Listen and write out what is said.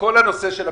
כל הנושא של הפיצויים.